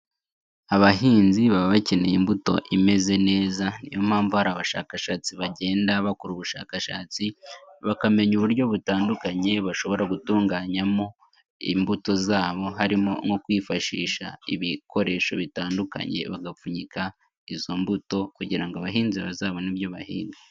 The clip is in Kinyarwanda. Abahinzi baba bakeneye imbuto imeze neza, niyo mpamvu hari abashakashatsi bagenda bakora ubushakashatsi bakamenya uburyo butandukanye bashobora gutunganyamo imbuto zabo, harimo nko kwifashisha ibikoresho bitandukanye bagapfunyika izo mbuto kugira abahinzi bazabone ibyo bahinga.